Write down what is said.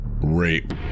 rape